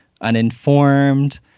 uninformed